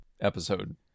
episode